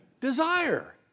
desire